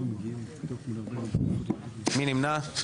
מי נמנע?